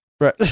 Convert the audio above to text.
Right